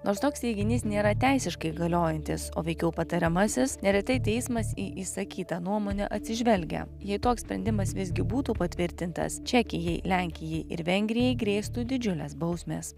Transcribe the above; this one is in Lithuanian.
nors toks teiginys nėra teisiškai galiojantis o veikiau patariamasis neretai teismas į išsakytą nuomonę atsižvelgia jei toks sprendimas visgi būtų patvirtintas čekijai lenkijai ir vengrijai grėstų didžiulės bausmės